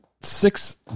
Six